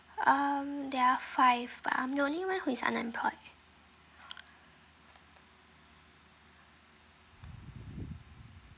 um there are five but I'm the only one who is unemployed